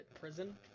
Prison